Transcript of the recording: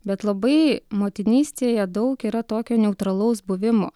bet labai motinystėje daug yra tokio neutralaus buvimo